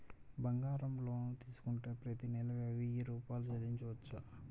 బంగారం లోన్ తీసుకుంటే ప్రతి నెల వెయ్యి రూపాయలు చెల్లించవచ్చా?